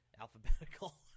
alphabetical